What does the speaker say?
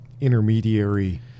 intermediary